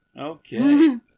Okay